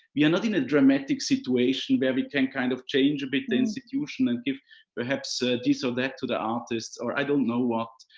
we are not in a dramatic situation where we can kind of change a bit, the institution and give perhaps this or that to the artists. or i don't know what.